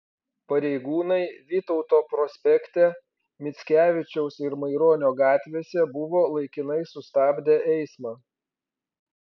pareigūnai vytauto prospekte mickevičiaus ir maironio gatvėse buvo laikinai sustabdę eismą